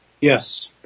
Yes